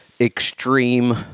extreme